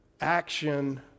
action